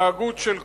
בהתנהגות של כולנו,